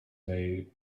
day